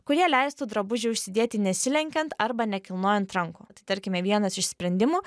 kurie leistų drabužį užsidėti nesilenkiant arba nekilnojant rankų tai tarkime vienas iš sprendimų